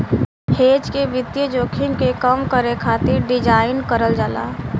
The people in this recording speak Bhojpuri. हेज के वित्तीय जोखिम के कम करे खातिर डिज़ाइन करल जाला